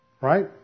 Right